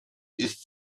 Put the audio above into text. ist